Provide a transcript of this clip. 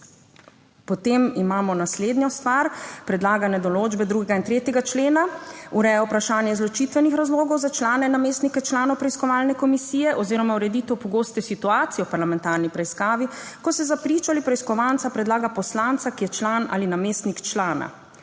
Potem imamo naslednjo stvar, predlagane določbe 2. in 3. člena ureja vprašanje izločitvenih razlogov za člane, namestnike članov preiskovalne komisije oziroma ureditev pogoste situacije v parlamentarni preiskavi, ko se za pričo ali preiskovanca predlaga poslanca, ki je član ali namestnik člana.